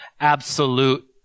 absolute